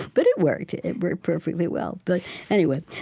but it worked. it worked perfectly well, but anyway.